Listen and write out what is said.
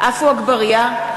עפו אגבאריה,